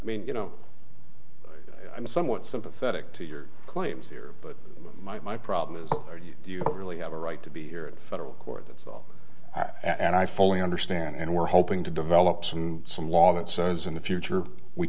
mean you know i'm somewhat sympathetic to your claims here but my my problem is are you really have a right to be here in a federal court that's all and i fully understand and we're hoping to develop some some law that says in the future we